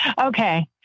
Okay